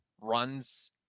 runs